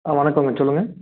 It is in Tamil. ஆ வணக்கங்க சொல்லுங்கள்